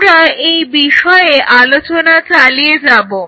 আমরা এই বিষয়ে আলোচনা চালিয়ে যাব